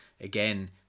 again